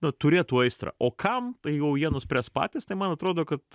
turėtų aistrą o kam tai jau jie nuspręs patys tai man atrodo kad